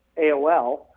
AOL